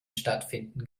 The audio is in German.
stattfinden